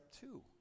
two